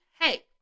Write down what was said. hey